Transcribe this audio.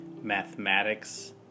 Mathematics